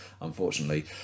Unfortunately